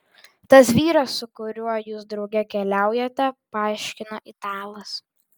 tas vyras su kuriuo jūs drauge keliaujate paaiškino italas